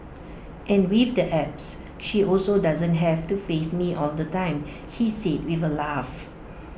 and with the apps she also doesn't have to face me all the time he said with A laugh